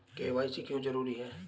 KYC क्यों जरूरी है?